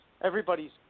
everybody's